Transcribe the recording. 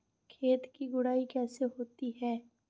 खेत की गुड़ाई कैसे होती हैं?